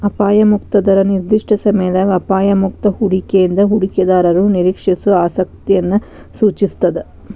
ಅಪಾಯ ಮುಕ್ತ ದರ ನಿರ್ದಿಷ್ಟ ಸಮಯದಾಗ ಅಪಾಯ ಮುಕ್ತ ಹೂಡಿಕೆಯಿಂದ ಹೂಡಿಕೆದಾರರು ನಿರೇಕ್ಷಿಸೋ ಆಸಕ್ತಿಯನ್ನ ಸೂಚಿಸ್ತಾದ